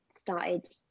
started